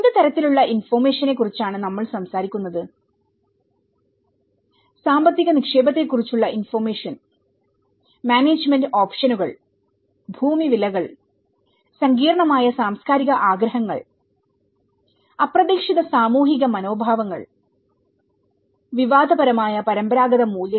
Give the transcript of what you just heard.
എന്ത് തരത്തിലുള്ള ഇൻഫർമേഷനെ കുറിച്ചാണ് നമ്മൾ സംസാരിക്കുന്നത് സാമ്പത്തിക നിക്ഷേപത്തെക്കുറിച്ചുള്ള ഇൻഫർമേഷൻ മാനേജ്മെന്റ് ഓപ്ഷനുകൾ ഭൂമി വിലകൾ സങ്കീർണ്ണമായ സാംസ്കാരിക ആഗ്രഹങ്ങൾ അപ്രതീക്ഷിത സാമൂഹിക മനോഭാവങ്ങൾ വിവാദപരമായ പരമ്പരാഗത മൂല്യങ്ങൾ